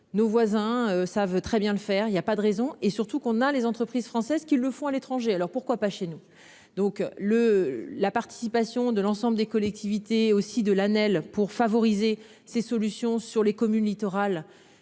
nos voisins savent très bien le faire il y a pas de raison et surtout qu'on a les entreprises françaises qui le font à l'étranger, alors pourquoi pas chez nous donc le la participation de l'ensemble des collectivités aussi de l'ANEL pour favoriser ces solutions sur les communes littorales.